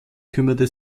kümmerte